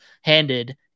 handed